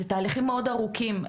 זה תהליכים מאוד ארוכים,